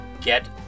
get